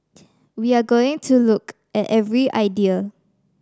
we are going to look at every idea